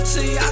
See